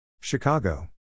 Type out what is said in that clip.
Chicago